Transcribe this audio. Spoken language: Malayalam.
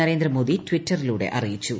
നരേന്ദ്രമോദി ട്വിറ്ററിലൂടെ അറിയിച്ചു